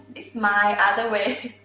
this smile other way.